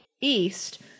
east